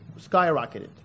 skyrocketed